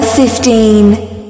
fifteen